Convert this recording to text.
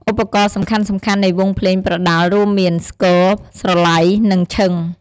ឧបករណ៍សំខាន់ៗនៃវង់ភ្លេងប្រដាល់រួមមាន ស្គរ ស្រឡៃ និងឈិង។